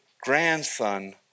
grandson